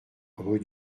rue